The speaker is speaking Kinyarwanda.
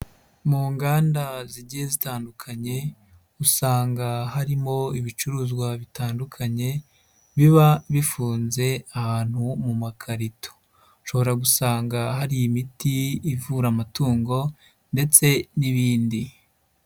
Mu nganda zigiye zitandukanye usanga harimo ibicuruzwa bitandukanye biba bifunze ahantu mu makarito, ushobora gusanga hari imiti ivura amatungo ndetse n'ibindi.